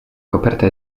koperta